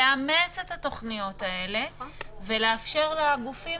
לאמץ את התוכניות האלה ולאפשר לגופים